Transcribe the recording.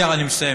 אני מסיים.